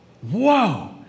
whoa